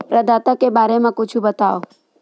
प्रदाता के बारे मा कुछु बतावव?